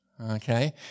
okay